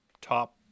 top